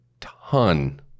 ton